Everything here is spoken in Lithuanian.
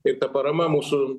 ir ta parama mūsų